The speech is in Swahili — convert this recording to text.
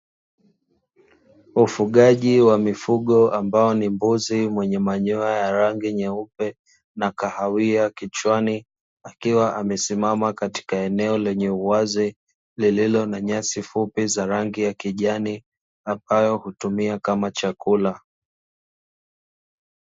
Ufugaji wa mifugo ambao ni mbuzi mwenye manyoya ya rangi nyeupe na kahawia kichwani, akiwa amesimama katika eneo lenye uwazi lililo na nyasi fupi za rangi ya kijani ambayo hutumia kama chakula.